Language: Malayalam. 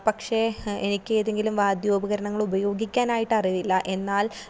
പക്ഷേ എനിക്ക് ഏതെങ്കിലും വാദ്യോപകരണങ്ങൾ ഉപയോഗിക്കാനായിട്ട് അറിവില്ല എന്നാൽ